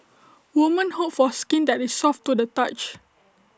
women hope for skin that is soft to the touch